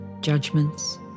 judgments